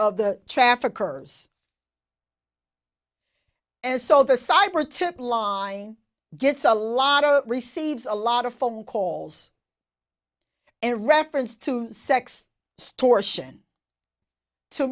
of the traffickers and so the cyber tip line gets a lot of receives a lot of phone calls and reference to sex sto